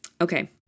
Okay